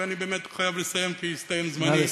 ואני באמת חייב לסיים כי הסתיים זמני.